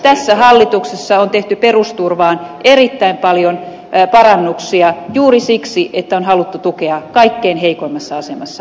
tässä hallituksessa on tehty perusturvaan erittäin paljon parannuksia juuri siksi että on haluttu tukea kaikkein heikoimmassa asemassa olevia